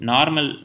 Normal